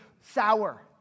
sour